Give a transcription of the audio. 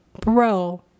bro